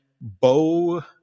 Bo-